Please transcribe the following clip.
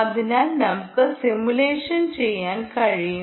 അതിനാൽ നമുക്ക് സിമുലേഷൻ ചെയ്യാൻ കഴിയും